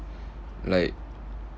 like